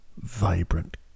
vibrant